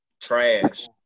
trash